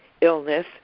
illness